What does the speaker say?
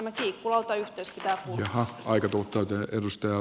tämä kiikkulautayhteys pitää purkaa